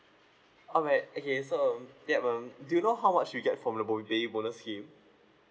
alright okay so um yup um do you know how much you'll get from the bon~ baby bonus scheme